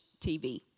TV